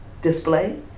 display